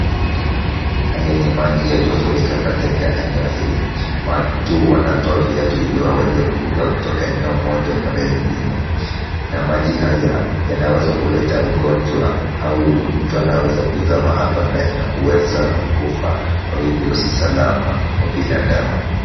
Haya ni maji yaliyofurika katika eneo hili. Watu wanatoa viatu ili waweze kuvuka kutoka eneo moja kwenda nyingine. Na maji haya yanaweza kuleta ugonjwa au mtu anaweza kuzama hapa ndani na kuweza kukufa. Kwa hivyo si salama kwa binadamu.